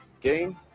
Game